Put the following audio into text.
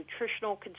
nutritional